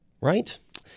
right